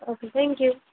okay thank you